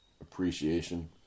appreciation